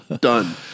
Done